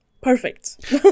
perfect